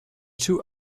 two